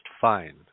fine